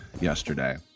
yesterday